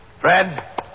Fred